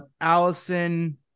Allison